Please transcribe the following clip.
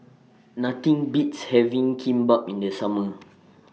Nothing Beats having Kimbap in The Summer